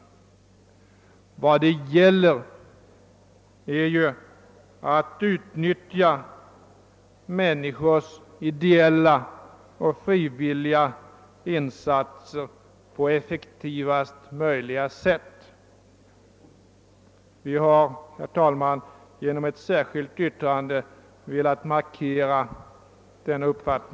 Vad det gäller är ju att utnyttja människors ideella och frivilliga insatser på effektivaste möjliga sätt. Vi har, herr talman, genom ett särskilt yttrande velat markera denna uppfattning.